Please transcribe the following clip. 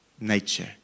nature